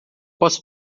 posso